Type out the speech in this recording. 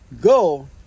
Go